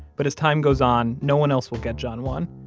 but as time goes on, no one else will get john one.